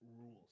rules